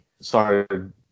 started